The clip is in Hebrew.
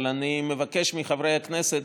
אבל אני מבקש מחברי הכנסת,